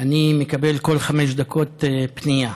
אני מקבל כל חמש דקות פנייה,